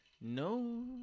no